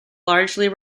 largely